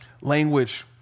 language